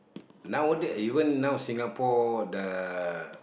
nowaday even now Singapore the